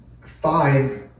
five